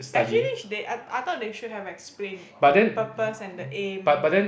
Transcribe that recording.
actually they I I I thought they should have explained the purpose and the aim